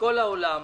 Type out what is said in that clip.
מכל העולם,